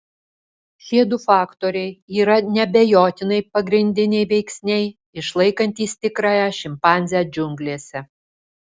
šie du faktoriai yra neabejotinai pagrindiniai veiksniai išlaikantys tikrąją šimpanzę džiunglėse